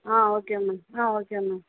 ஆ okay ma'am ஆ okay ma'am